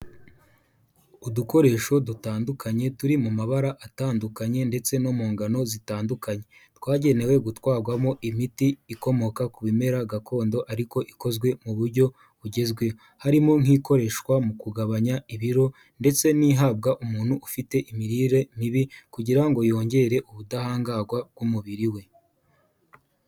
Udukoresho dutandukanye turi mu mabara atandukanye ndetse no mu ngano zitandukanye twagenewe gutwarwamo imiti ikomoka ku bimera gakondo ariko ikozwe mu buryo bugezweho harimo nk'ikoreshwa mu kugabanya ibiro ndetse n'ihabwa umuntu ufite imirire mibi kugira ngo yongere ubudahangarwa bw'umubiri we.